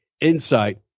insight